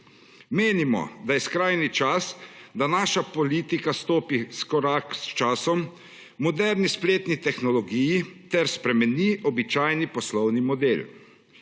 Menimo, da je skrajni čas, da naša politika stopi v korak s časom, moderni spletni tehnologiji ter spremeni običajni poslovni model.